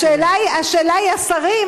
השאלה היא: השרים,